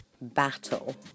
battle